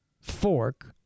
fork